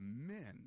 men